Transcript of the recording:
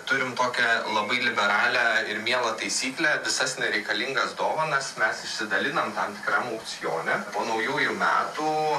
turim tokią labai liberalią ir mielą taisyklę visas nereikalingas dovanas mes išsidalinam tam tikram aukcione po naujųjų metų